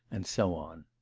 and so on.